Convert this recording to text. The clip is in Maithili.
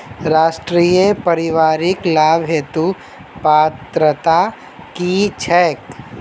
राष्ट्रीय परिवारिक लाभ हेतु पात्रता की छैक